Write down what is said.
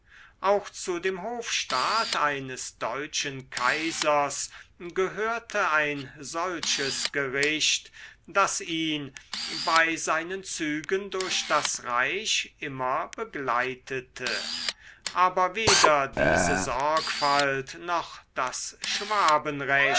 auch zu dem hofstaat eines deutschen kaisers gehörte ein solches gericht das ihn bei seinen zügen durch das reich immer begleitete aber weder diese sorgfalt noch das